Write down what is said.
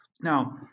now